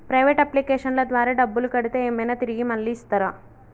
Private అప్లికేషన్ల ద్వారా డబ్బులు కడితే ఏమైనా తిరిగి మళ్ళీ ఇస్తరా?